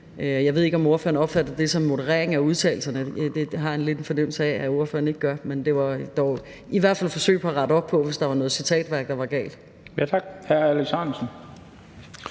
Jeg ved ikke, om ordføreren opfattede det som en moderering af udtalelserne; det har jeg lidt en fornemmelse af ordføreren ikke gør, men det var dog i hvert fald et forsøg på at rette op på det, hvis der var noget citatværk, der var galt. Kl. 13:12 Den fg.